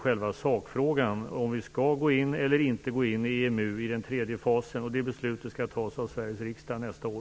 Själva sakfrågan, om vi skall gå in i EMU eller inte i den tredje fasen, är något helt annat. Det beslutet skall tas av Sveriges riksdag nästa år.